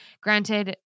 Granted